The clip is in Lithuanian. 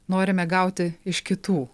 norime gauti iš kitų